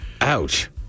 Ouch